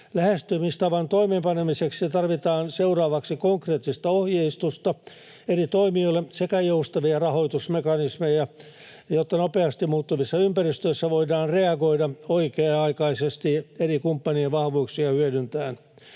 Lähestymistavan toimeenpanemiseksi tarvitaan seuraavaksi konkreettista ohjeistusta eri toimijoille sekä joustavia rahoitusmekanismeja, jotta nopeasti muuttuvissa ympäristöissä voidaan reagoida oikea-aikaisesti eri kumppanien vahvuuksia hyödyntäen.